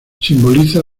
simboliza